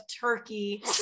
turkey